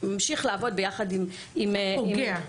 ממשיך לעבוד ביחד עם הפוגע.